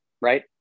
right